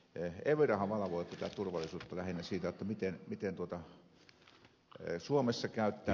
evirahan valvoo tätä turvallisuutta lähinnä siinä miten suomessa käyttäydytään